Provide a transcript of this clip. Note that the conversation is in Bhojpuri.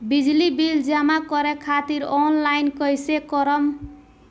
बिजली बिल जमा करे खातिर आनलाइन कइसे करम?